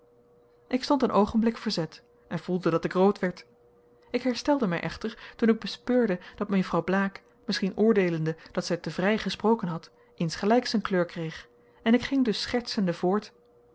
ik stond een oogenblik verzet en voelde dat ik rood werd ik herstelde mij echter toen ik bespeurde dat mejuffrouw blaek misschien oordeelende dat zij te vrij gesproken had insgelijks een kleur kreeg en ik ging dus schertsende voort